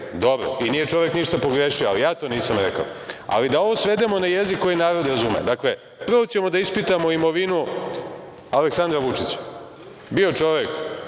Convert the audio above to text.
i nije čovek ništa pogrešio, ali ja to nisam rekao. Ali, da ovo svedemo na jezik koji narod razume. Dakle, prvo ćemo da ispitamo imovinu Aleksandra Vučića. Bio čovek